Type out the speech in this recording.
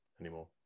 anymore